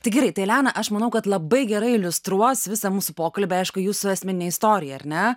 tai gerai tai elena aš manau kad labai gerai iliustruos visą mūsų pokalbį aišku jūsų asmeninė istorija ar ne